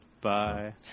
Bye